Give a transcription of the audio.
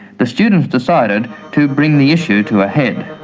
the students decided to bring the issue to a head.